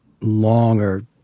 longer